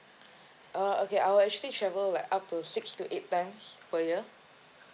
uh okay I will actually travel like up to six to eight times per year